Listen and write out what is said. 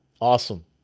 Awesome